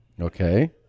Okay